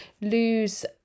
lose